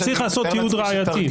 אתה צריך לעשות תיעוד ראייתי.